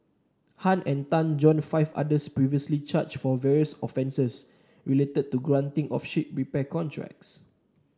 Han and Tan join five others previously charged for various offences related to the granting of ship repair contracts